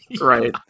right